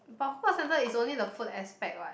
but hawker center is only the food aspect what